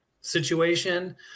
situation